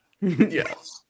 Yes